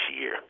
year